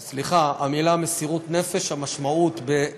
סליחה, המילים "מסירות נפש", המשמעות שלהן